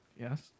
Yes